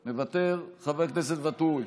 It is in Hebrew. מוותר, חבר הכנסת ואטורי,